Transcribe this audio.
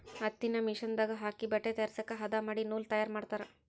ಹತ್ತಿನ ಮಿಷನ್ ದಾಗ ಹಾಕಿ ಬಟ್ಟೆ ತಯಾರಸಾಕ ಹದಾ ಮಾಡಿ ನೂಲ ತಯಾರ ಮಾಡ್ತಾರ